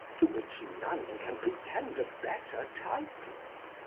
to which none can pretend a better title.